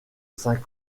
sainte